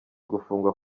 gufungwa